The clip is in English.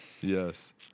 Yes